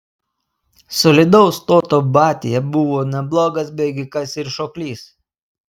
solidaus stoto batia buvo neblogas bėgikas ir šoklys